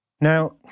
Now